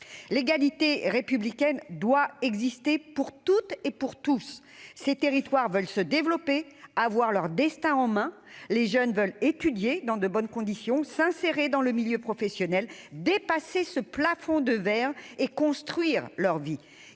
L'égalité républicaine doit exister pour toutes et pour tous. Ces territoires veulent se développer, avoir leur destin en main. Les jeunes veulent étudier dans de bonnes conditions, s'insérer dans le milieu professionnel, dépasser ce plafond de verre et construire leur vie.